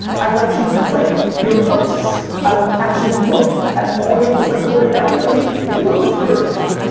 i will actually click your posts. i will actually look at all your posts. i go to everybody's. if you go to a twitter account,